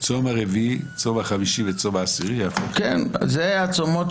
"צום הרביעי וצום החמישי --- וצום העשירי" יהפוך --- גם השביעי.